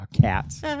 Cats